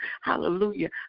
hallelujah